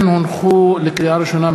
לקריאה ראשונה,